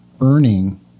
earning